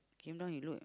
came down he look